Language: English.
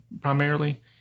primarily